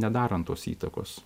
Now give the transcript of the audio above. nedarant tos įtakos